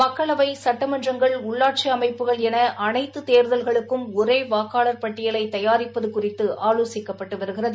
மக்களவை சட்டமன்றங்கள் உள்ளாட்சி அமைப்புகள் என அனைத்து தேர்தல்களுக்கும் ஒரே வாக்காளர் பட்டியலை தயாரிப்பது குறித்து ஆலோசிக்கப்பட்டு வருகிறது